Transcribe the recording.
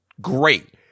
great